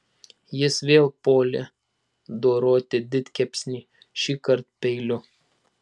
jis vėl puolė doroti didkepsnį šįkart peiliu